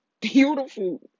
Beautiful